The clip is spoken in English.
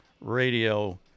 Radio